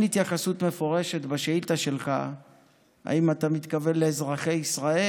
אין התייחסות מפורשת בשאילתה שלך אם אתה מתכוון לאזרחי ישראל,